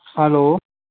hello